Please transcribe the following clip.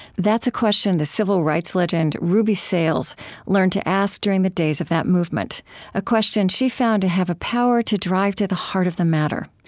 that's a question the civil rights legend ruby sales learned to ask during the days of that movement a question she found to have a power to drive to the heart of the matter.